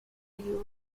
you